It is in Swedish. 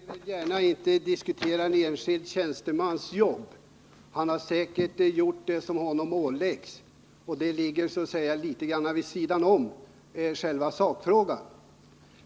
Herr talman! Jag vill inte gärna diskutera en enskild tjänstemans jobb. Han gör säkert det som honom åläggs. Ett sådant resonemang ligger så att säga litet vid sidan om själva sakfrågan.